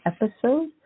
episode